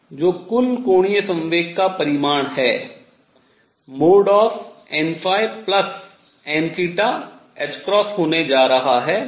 L जो कुल कोणीय संवेग का परिमाण है nn होने जा रहा है